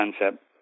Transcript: concept